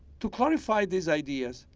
to qualify these ideas,